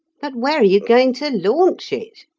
but where are you going to launch it?